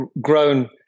grown